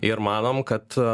ir manom kad